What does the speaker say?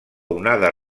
onada